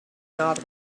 not